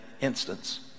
instance